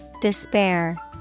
Despair